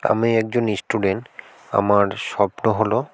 আমি একজন স্টুডেন্ট আমার স্বপ্ন হলো